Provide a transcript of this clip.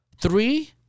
Three